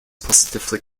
positively